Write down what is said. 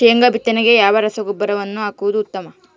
ಶೇಂಗಾ ಬಿತ್ತನೆಗೆ ಯಾವ ರಸಗೊಬ್ಬರವನ್ನು ಹಾಕುವುದು ಉತ್ತಮ?